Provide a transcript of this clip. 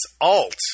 alt